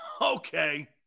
Okay